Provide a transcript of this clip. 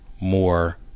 more